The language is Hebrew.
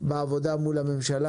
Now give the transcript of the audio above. בעבודה מול הממשלה,